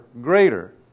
greater